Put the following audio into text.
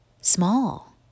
small